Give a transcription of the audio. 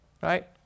right